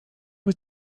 was